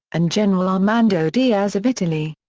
and general armando diaz of italy.